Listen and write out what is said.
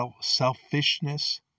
selfishness